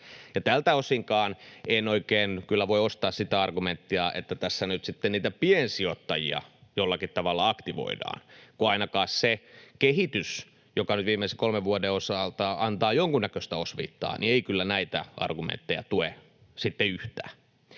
tältä osinkaan en oikein kyllä voi ostaa sitä argumenttia, että tässä nyt sitten niitä piensijoittajia jollakin tavalla aktivoidaan, kun ainakaan se kehitys, joka nyt viimeisen kolmen vuoden osalta antaa jonkun näköistä osviittaa, ei kyllä näitä argumentteja tue sitten